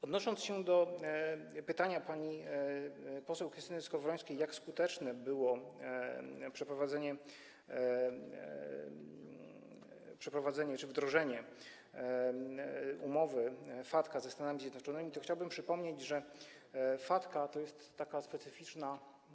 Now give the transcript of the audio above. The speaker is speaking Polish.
Odnosząc się do pytania pani poseł Krystyny Skowrońskiej, jak skuteczne było przeprowadzenie czy wdrożenie umowy FATCA ze Stanami Zjednoczonymi, chciałbym przypomnieć, że FATCA to jest taka specyficzna.